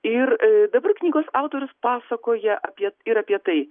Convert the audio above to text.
ir dabar knygos autorius pasakoja apie ir apie tai